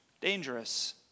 dangerous